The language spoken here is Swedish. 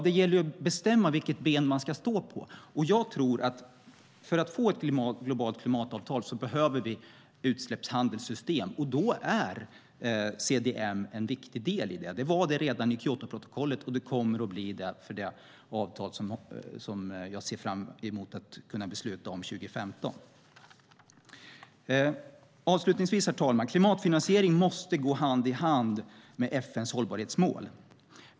Det gäller att bestämma sig för vilket ben man ska stå på. För att få ett globalt klimatavtal behöver vi system för utsläppshandel. Där är CDM en viktig del. Den var det redan i Kyotoprotokollet, och den kommer att bli det för det avtal jag ser fram emot att besluta om 2015. Herr talman! Klimatfinansiering måste gå hand i hand med FN:s hållbarhetsmål.